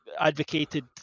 advocated